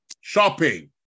shopping